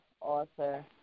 author